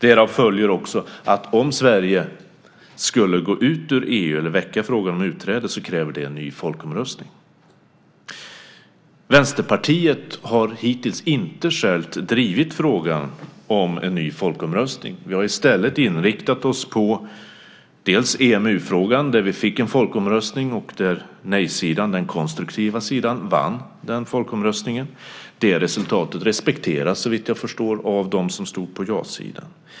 Därav följer också att om Sverige skulle gå ut ur EU eller väcka frågan om utträde kräver det en ny folkomröstning. Vänsterpartiet har hittills inte självt drivit frågan om en ny folkomröstning. Vi har i stället inriktat oss på EMU-frågan där vi fick en folkomröstning och där nej-sidan, den konstruktiva sidan, vann. Det resultatet respekteras, såvitt jag förstår, av dem som stod på ja-sidan.